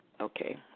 Okay